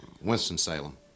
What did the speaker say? Winston-Salem